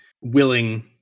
willing